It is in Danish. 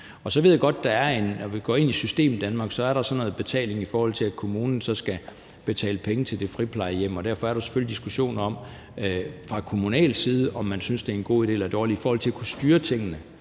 Så ved jeg godt, at når vi går ind i Systemdanmark, er der sådan noget med betaling, i forhold til at kommunen så skal betale penge til det friplejehjem, og derfor er der selvfølgelig diskussionen, fra kommunal side, om, om man synes, det er en god eller dårlig idé i forhold til at kunne styre tingene.